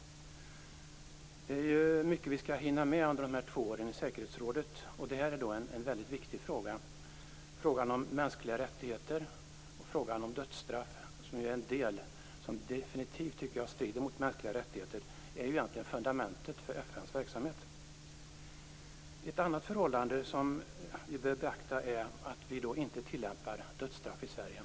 Det är mycket vi skall hinna med under de två åren i säkerhetsrådet. Det här är en väldigt viktig fråga. Frågan om mänskliga rättigheter och frågan om dödsstraff, som jag tycker definitivt strider mot de mänskliga rättigheterna, är ju egentligen fundamentet för FN:s verksamhet. Ett annat förhållande som vi bör beakta är att vi inte tillämpar dödsstraff i Sverige.